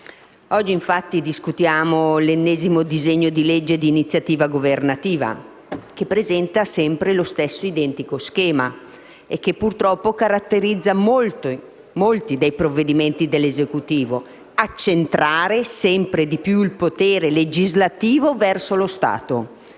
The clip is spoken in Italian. Oggi discutiamo l'ennesimo disegno di legge di iniziativa governativa, che presenta sempre lo stesso identico schema e purtroppo caratterizza molti dei provvedimenti dell'Esecutivo: accentrare sempre di più il potere legislativo verso lo Stato,